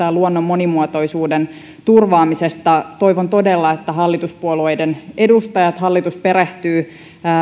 ja luonnon monimuotoisuuden turvaamisesta toivon todella että hallituspuolueiden edustajat ja hallitus perehtyvät